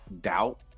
doubt